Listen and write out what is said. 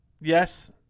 Yes